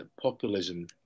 populism